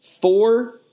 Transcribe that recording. four